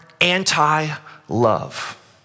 anti-love